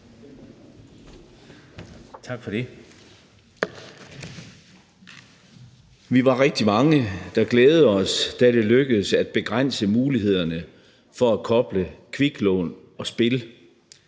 Tak for det. Vi var rigtig mange, der glædede os over, at det lykkedes at begrænse mulighederne for at koble kviklån med spil.